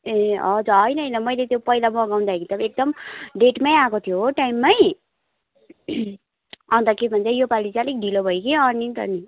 ए हज होइन होइन मैले त्यो पहिला मगाउँदाखेरि त एकदम डेटमै आएको थियो हो टाइममै अन्त के भन्छ यो पालि चाहिँ अलिक ढिलो भयो कि अनि त नि